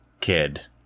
kid